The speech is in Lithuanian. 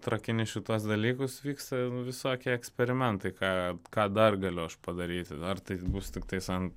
trakini šituos dalykus vyksta visokie eksperimentai ką ką dar galiu padaryti ar tai bus tiktais ant